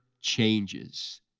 changes